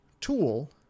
tool